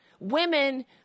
Women